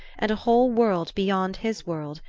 and a whole world beyond his world,